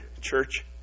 church